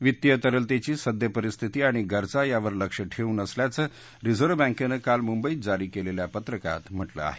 वित्तीय तरलतेची सद्यपरिस्थिती आणि गरजा यावर लक्ष ठेवून असल्याचं रिझर्व्ह बँकेनं काल मुंबईत जारी केलेल्या पत्रकात म्हटलं आहे